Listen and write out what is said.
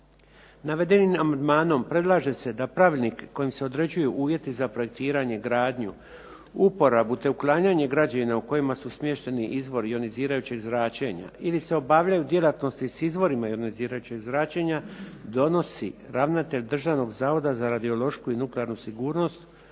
Navedenim amandmanom predlaže se da pravilnik kojim se određuju uvjeti za projektiranje, gradnju, uporabu, te uklanjanje građevina u kojima su smješteni izvori ionizirajućeg zračenja ili se obavljaju djelatnosti s izvorima ionizirajućeg zračenja donosi ravnatelj Državnog zavoda za radiološku i nuklearnu sigurnost